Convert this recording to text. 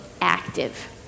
active